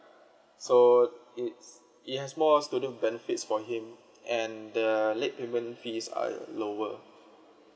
so it's it has more student benefits for him and the late payment fees are lower